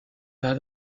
pas